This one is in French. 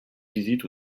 visites